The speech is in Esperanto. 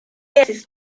estis